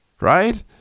right